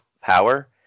power